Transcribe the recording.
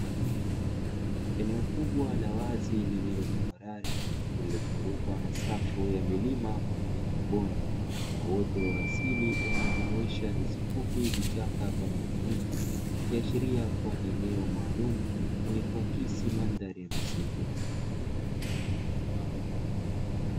Eneo kubwa la wazi lililo tambarare lililozungukwa na safu ya milima pamoja na mabonde na uoto wa asili unaojumuisha nyasi fupi, vichaka pamoja na miti. Ikiashiria kuwa ni eneo maalumu lenye kuakisi mandhari ya misitu.